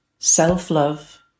self-love